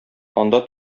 анда